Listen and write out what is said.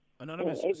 Anonymous